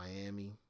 Miami